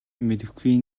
мэдэхгүй